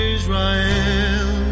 Israel